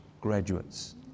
graduates